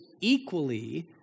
equally